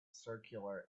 circular